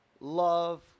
love